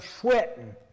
sweating